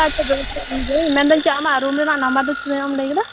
ᱟᱡ ᱛᱮᱜᱮ ᱢᱮᱱᱫᱟᱹᱧ ᱪᱮᱫ ᱟᱢᱟᱜ ᱨᱩᱢ ᱨᱮᱱᱟᱜ ᱱᱟᱢᱵᱟᱨ ᱫᱚ ᱛᱤᱱᱟᱹᱜ ᱮᱢ ᱞᱟᱹᱭ ᱠᱮᱫᱟ